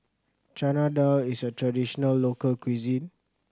Chana Dal is a traditional local cuisine